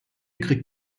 kriegt